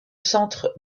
centre